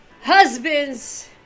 Husbands